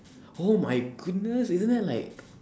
oh my goodness isn't that like